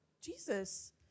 Jesus